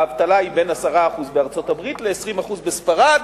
האבטלה היא בין 10% בארצות-הברית ל-20% בספרד,